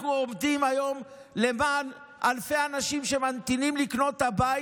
אנחנו עובדים היום למען אלפי אנשים שממתינים לקנות את הבית